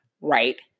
right